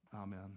Amen